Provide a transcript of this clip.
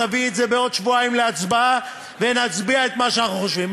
תביאי את זה בעוד שבועיים להצבעה ונצביע את מה שאנחנו חושבים.